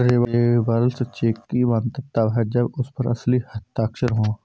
travellers cheque की मान्यता तब है जब उस पर असली हस्ताक्षर हो